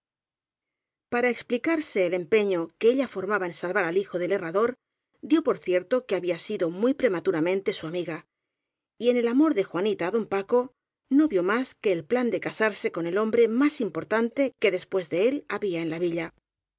para explicarse el empeño que ella formaba en salvar a hijo del herrador dió por cierto que había sido muy prematuramente su amiga y en el amor de juanita á don paco no vió más que el plan de casarse con el hombre más importante que después de él había en la villa